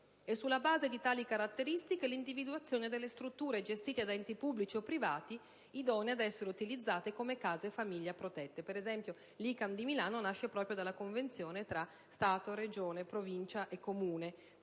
e, sulla base di tali caratteristiche, l'individuazione delle strutture gestite da enti pubblici o privati idonee ad essere utilizzate come case famiglia protette. Per esempio, l'ICAM di Milano nasce proprio dalla convenzione tra Stato-Regione-Provincia e Comune,